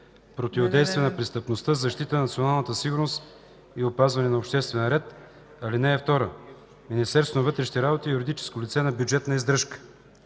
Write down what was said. противодействие на престъпността, защита на националната сигурност и опазване на обществения ред. (2) Министерството на вътрешните работи е юридическо лице на бюджетна издръжка.”